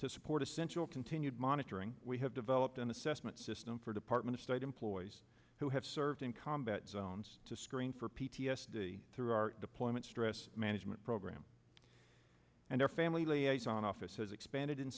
to support essential continued monitoring we have developed an assessment system for department state employees who have served in combat zones to screen for p t s d through our deployment stress management program and our family liaison office has expanded in